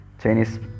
Chinese